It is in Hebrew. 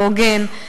לא הוגן,